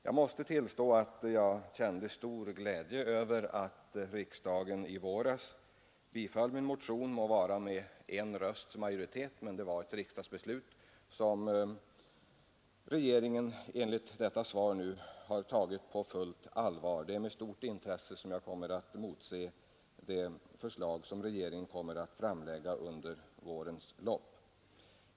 Jag måste tillstå att jag kände stor glädje över att riksdagen i våras biföll min motion — må vara med en rösts majoritet, men det var ett riksdagsbeslut som regeringen enligt detta svar nu har tagit på allvar. Det är med stort intresse jag motser det förslag som regeringen kommer att framlägga under vårens lopp.